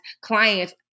clients